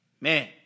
Man